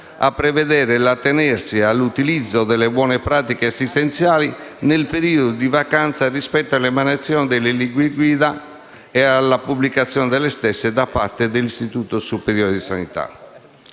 a prevedere l'attenersi all'utilizzo delle buone pratiche assistenziali nel periodo di vacanza rispetto all'emanazione delle linee guida e alla pubblicazione delle stesse da parte dell'Istituto superiore di sanità.